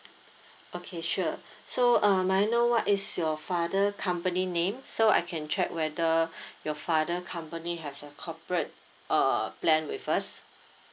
okay sure so um may I know what is your father company name so I can check whether your father company has a corporate uh plan with us